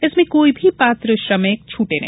इसमें कोई भी पात्र श्रमिक छूटे नहीं